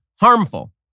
harmful